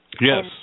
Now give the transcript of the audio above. Yes